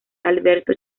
alberto